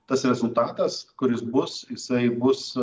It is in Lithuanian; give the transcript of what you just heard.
tas rezultatas kuris bus jisai bus